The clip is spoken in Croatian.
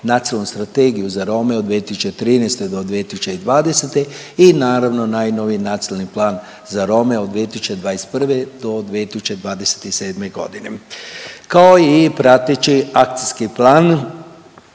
Nacionalnu strategiju za Rome od 2013. do 2020. i naravno najnoviji Nacionalni plan za Rome od 2021. do 2027. godine kao i prateći akcijski plan